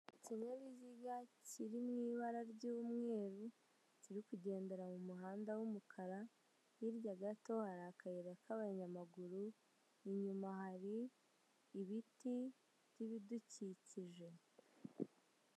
Ikinyabiziga kiri mu ibara ry'umweru kiri kugendera mu muhanda w'umukara kirya gato hari akayira ka banyamaguru inyuma hari ibiti by'ibidukikije.